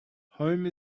home